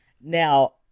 Now